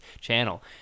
channel